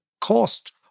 cost